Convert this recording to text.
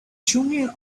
junior